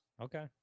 Okay